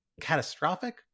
catastrophic